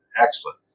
Excellent